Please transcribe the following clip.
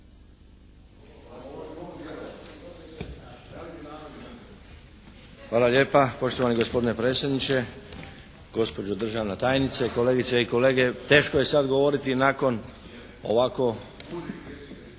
Hvala lijepa poštovani gospodine predsjedniče, gospođo državna tajnice, kolegice i kolege. Teško je sad govoriti nakon ovako